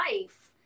life